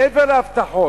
מעבר להבטחות.